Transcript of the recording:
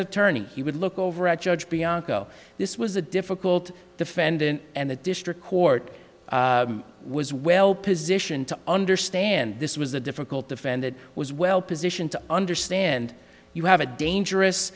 attorney he would look over at judge bianco this was a difficult defendant and the district court was well positioned to understand this was a difficult defend it was well positioned to understand you have a